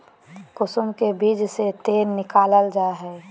कुसुम के बीज से तेल निकालल जा हइ